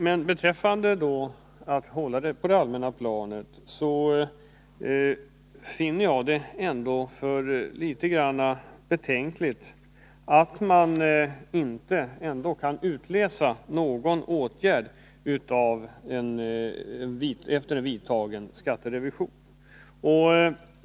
Men även vid en diskussion på det allmänna planet finner jag det litet betänkligt att man inte kan utläsa någon åtgärd efter en vidtagen skatterevision.